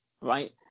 Right